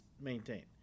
maintain